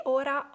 ora